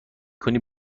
کنی